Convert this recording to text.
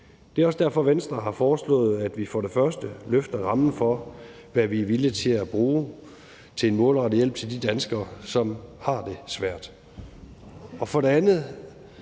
Det er også derfor, Venstre har foreslået, at vi for det første udvider rammen for, hvad vi er villige til at bruge til en målrettet hjælp til de danskere, som har det svært. For det andet